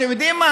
אתם יודעים מה,